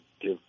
give